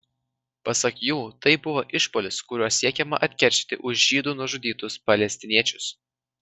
pasak jų tai buvo išpuolis kuriuo siekiama atkeršyti už žydų nužudytus palestiniečius